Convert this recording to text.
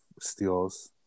steals